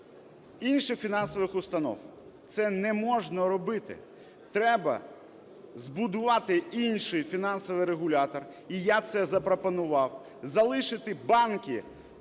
інших фінансових установ. Це не можна робити. Треба збудувати інший фінансовий регулятор, і я це запропонував, залишити банки